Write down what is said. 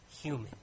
human